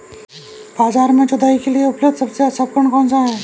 बाजार में जुताई के लिए उपलब्ध सबसे अच्छा उपकरण कौन सा है?